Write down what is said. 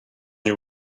nie